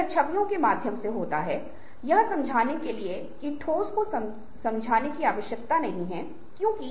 उसमे सब लिखेंकी आप क्या करना चाहते थे